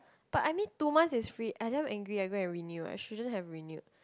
but I mean two months is free I damn angry I go and renew I shouldn't have renewed